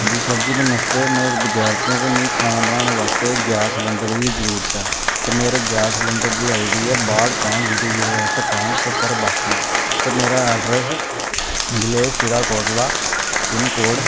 हां जी सर जी नमस्ते में इक विद्यार्थी आं ते मिगी खाना बनाने बास्तै इक गैस सलंडर दी जरूरत ऐ ते मेरे गैस सलेंडर दी आई डी ऐ बाह्ठ पैंह्ठ जीरो जीरो अट्ठ पैंह्ठ स्हत्तर बास्सी ते मेरा address village Sira Kotla pin code